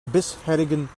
bisherigen